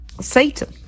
Satan